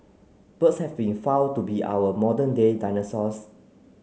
birds have been found to be our modern day dinosaurs